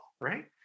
right